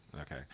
okay